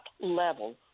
level